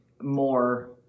more